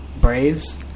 Braves